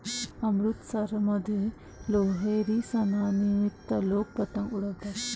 अमृतसरमध्ये लोहरी सणानिमित्त लोक पतंग उडवतात